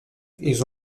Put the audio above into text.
ils